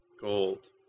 Gold